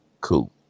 Cool